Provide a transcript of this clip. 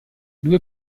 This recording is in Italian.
due